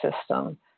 system